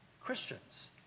Christians